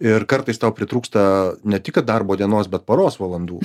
ir kartais tau pritrūksta ne tik kad darbo dienos bet paros valandų